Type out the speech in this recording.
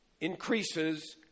increases